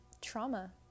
trauma